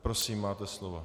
Prosím, máte slovo.